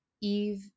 Eve